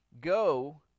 Go